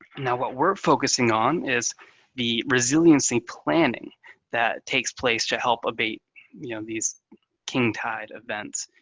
now, what we're focusing on is the resiliency planning that takes place to help abate you know these king tide events,